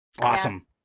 awesome